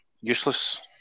useless